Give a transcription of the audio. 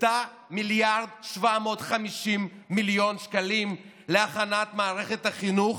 הקצתה 1.75 מיליארד שקלים להכנת מערכת החינוך